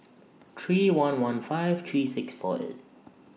three one one five three six four eight